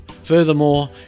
Furthermore